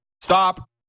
Stop